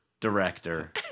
Director